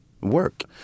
work